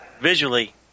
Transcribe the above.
visually